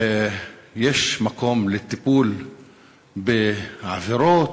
יש מקום לטיפול בעבירות,